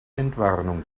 entwarnung